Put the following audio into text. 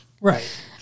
Right